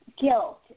guilt